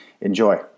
enjoy